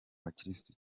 bakirisitu